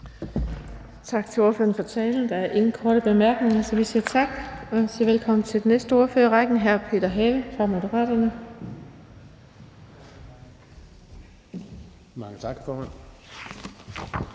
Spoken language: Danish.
Tak til ordføreren for talen. Der er ingen korte bemærkninger, så vi siger velkommen til den næste ordfører i rækken, som er hr. Peter Have fra Moderaterne. Kl.